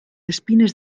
espines